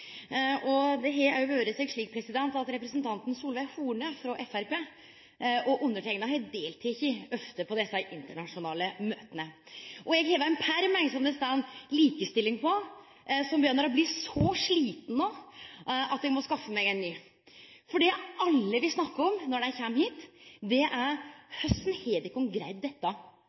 og kulturkomiteen har av og til møte med internasjonale gjester. Representanten Solveig Horne, frå Framstegspartiet, og underteikna har ofte delteke på desse internasjonale møta. Eg har ein perm som det står «likestilling» på, som no begynner å bli så sliten at eg må skaffe meg ein ny, for det alle vil snakke om når dei kjem hit, er: Korleis har de greidd dette?